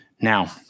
Now